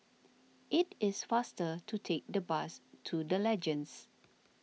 it is faster to take the bus to the Legends